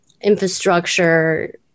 infrastructure